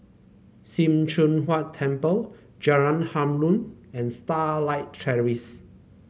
Sim Choon Huat Temple Jalan Harum and Starlight Terrace